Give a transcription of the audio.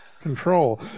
control